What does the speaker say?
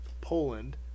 Poland